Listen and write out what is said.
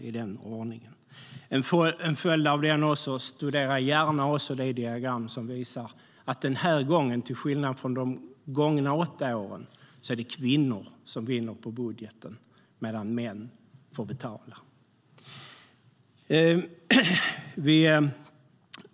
Som en följd av det kan man också gärna studera det diagram som visar att det den här gången, till skillnad från under de gångna åtta åren, är kvinnor som vinner på budgeten medan män får betala.